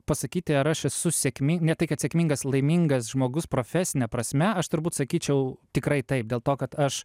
pasakyti ar aš esu sėkmi ne tai kad sėkmingas laimingas žmogus profesine prasme aš turbūt sakyčiau tikrai taip dėl to kad aš